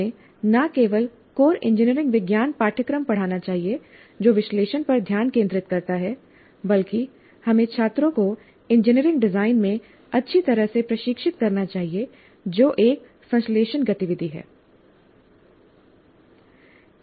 हमें न केवल कोर इंजीनियरिंग विज्ञान पाठ्यक्रम पढ़ाना चाहिए जो विश्लेषण पर ध्यान केंद्रित करता है बल्कि हमें छात्रों को इंजीनियरिंग डिजाइन में अच्छी तरह से प्रशिक्षित करना चाहिए जो एक संश्लेषण गतिविधि है